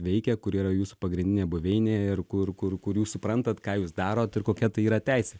veikia kur yra jūsų pagrindinė buveinė ir kur kur kur jūs suprantat ką jūs darot ir kokia tai yra teisė